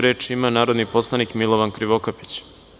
Reč ima narodni poslanik Milovan Krivokapić.